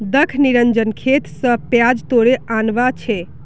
दख निरंजन खेत स प्याज तोड़े आनवा छै